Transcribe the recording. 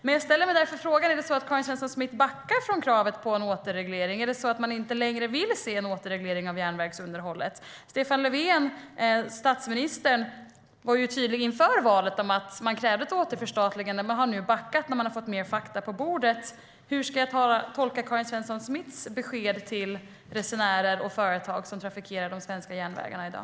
Men är det så att Karin Svensson Smith nu backar från kravet på återreglering? Vill man inte längre ha en återreglering av järnvägsunderhållet? Statsminister Stefan Löfven var tydlig inför valet med att man krävde ett återförstatligande, men har nu backat när mer fakta kommit på bordet. Hur ska jag tolka Karin Svensson Smiths besked till resenärer och företag som trafikerar de svenska järnvägarna i dag?